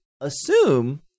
assume